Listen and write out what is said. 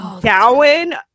gowan